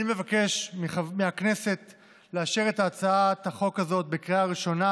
אני מבקש מהכנסת לאשר את הצעת החוק הזאת בקריאה ראשונה,